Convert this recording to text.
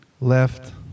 left